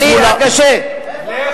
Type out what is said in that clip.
בושה לאנושות.